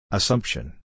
Assumption